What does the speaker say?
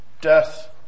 death